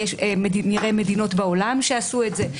נראה מדינות בעולם שעשו את זה.